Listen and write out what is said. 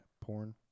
porn